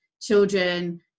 children